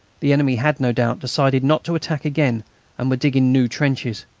the enemy had, no doubt, decided not to attack again and were digging new trenches.